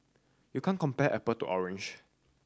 you can't compare apple to orange